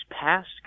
past